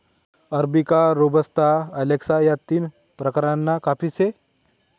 arabica, robusta, excelsa या तीन प्रकारना काफी से